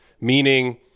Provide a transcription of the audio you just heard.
meaning